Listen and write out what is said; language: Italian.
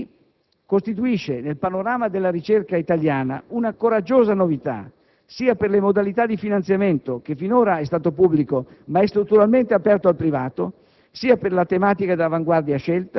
L'iniziativa dell'IIT costituisce nel panorama della ricerca italiana una coraggiosa novità, sia per le modalità di finanziamento (che finora è stato pubblico, ma è strutturalmente aperto al privato),